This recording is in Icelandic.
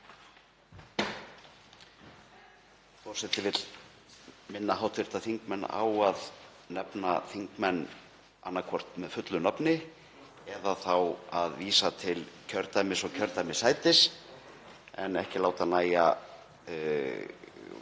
Forseti vill minna hv. þingmenn á að nefna þingmenn annaðhvort með fullu nafni eða þá að vísa til kjördæmis og kjördæmissætis en ekki láta nægja